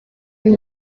uyu